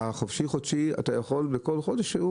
החופשי-חודשי ניתן לחידוש בכל זמן.